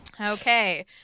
Okay